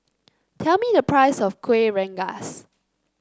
tell me the price of Kuih Rengas